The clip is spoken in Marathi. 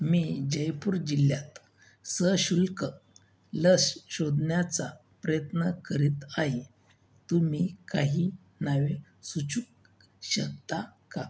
मी जयपूर जिल्ह्यात सशुल्क लस शोधण्याचा प्रयत्न करीत आहे तुम्ही काही नावे सुचू शकता का